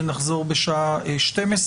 ונחזור בשעה 12:00,